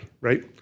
right